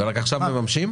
ורק עכשיו מממשים?